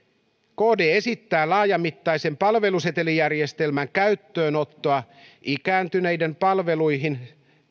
kd esittää laajamittaisen palvelusetelijärjestelmän käyttöönottoa ikääntyneiden palveluihin